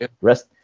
rest